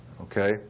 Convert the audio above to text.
okay